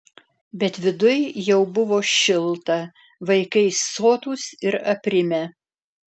bet viduj jau buvo šilta vaikai sotūs ir aprimę